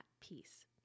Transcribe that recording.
peace